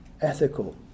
ethical